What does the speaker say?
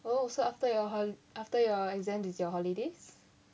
oh so after your hol~ after your exam is your holidays